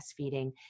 breastfeeding